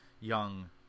young